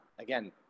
again